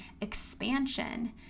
expansion